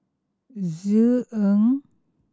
Ng